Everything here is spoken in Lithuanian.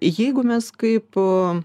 jeigu mes kaip